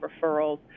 referrals